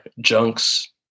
junks